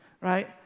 right